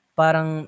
parang